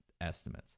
estimates